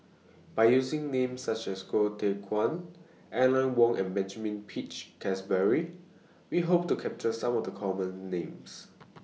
By using Names such as Goh Teck Phuan Aline Wong and Benjamin Peach Keasberry We Hope to capture Some of The Common Names